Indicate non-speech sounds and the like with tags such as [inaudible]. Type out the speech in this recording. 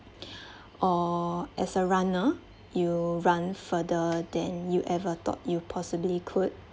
[breath] or as a runner you run further than you ever thought you possibly could